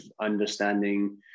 understanding